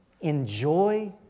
enjoy